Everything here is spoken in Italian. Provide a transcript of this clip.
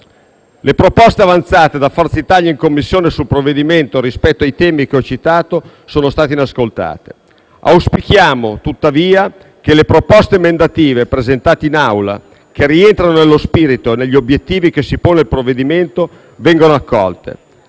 Le proposte avanzate da Forza Italia in Commissione sul provvedimento, rispetto ai temi che ho citato, sono state inascoltate. Auspichiamo tuttavia che le proposte emendative presentate in Aula, che rientrano nello spirito e negli obiettivi che si pone il provvedimento, vengano accolte.